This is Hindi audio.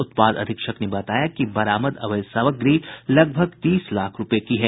उत्पाद अधीक्षक ने बताया कि बरामद अवैध सामग्री लगभग तीस लाख रूपये की है